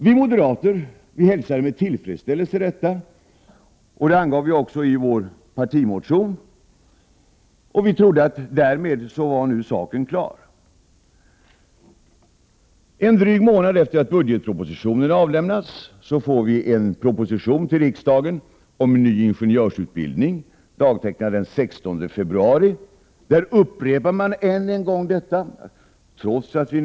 Vi moderater hälsade detta förslag med tillfredsställelse, vilket vi också angav i vår partimotion, och vi trodde att saken därmed var klar. En dryg månad efter det att budgetpropositionen avlämnats kommer till riksdagen en proposition om en ny ingenjörsutbildning, dagtecknad den 16 februari, i vilken man än en gång upprepar ställningstagandet.